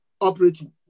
operating